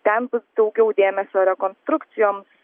ten bus daugiau dėmesio rekonstrukcijoms